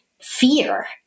fear